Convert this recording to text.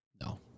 no